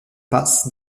passe